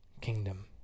kingdom